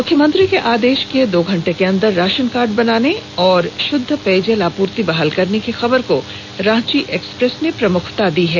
CM के आदेश के दो घंटे के अंदर राशन कार्ड बनाने और शुद्ध पेयजल आपूर्ति बहाल करने की खबर को रांची एक्सप्रेस ने प्रमुखता से प्रकाशित किया है